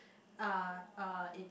uh uh it's